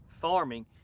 farming